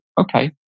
okay